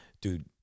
dude